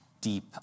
deep